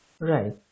Right